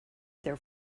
there